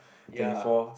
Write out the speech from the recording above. ya